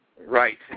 Right